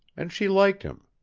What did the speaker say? and she liked him.